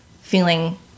feeling